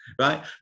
right